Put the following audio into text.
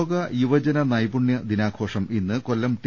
ലോക യുവജന നൈപുണ്യ ദിനാഘോഷം ഇന്ന് കൊല്ലം ടി